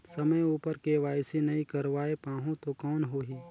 समय उपर के.वाई.सी नइ करवाय पाहुं तो कौन होही?